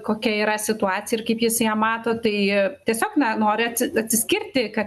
kokia yra situacija ir kaip jis ją mato tai tiesiog na nori atsiskirti kad